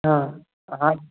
हाँ हाँ